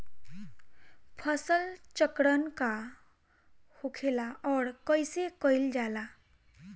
फसल चक्रण का होखेला और कईसे कईल जाला?